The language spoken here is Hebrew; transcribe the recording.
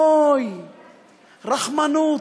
אוי, רחמנות.